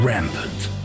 Rampant